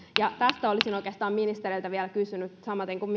tästä olisin ministereiltä vielä kysynyt samaten kuin